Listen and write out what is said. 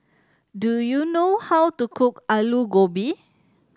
do you know how to cook Alu Gobi